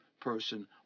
person